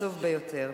עצוב ביותר.